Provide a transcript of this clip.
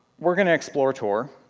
we're going to explore tor,